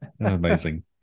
Amazing